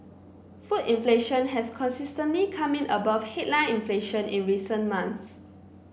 food inflation has consistently come in above headline inflation in recent months